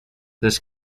this